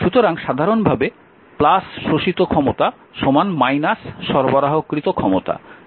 সুতরাং সাধারণভাবে " শোষিত ক্ষমতা সরবরাহকৃত ক্ষমতা" এই হিসাবে লিখতে পারেন